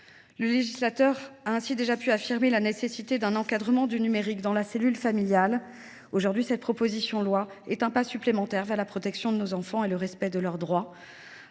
Le législateur a déjà pu affirmer la nécessité d’un encadrement du numérique dans la cellule familiale. Cette proposition de loi est un pas supplémentaire vers la protection de nos enfants et le respect de leurs droits.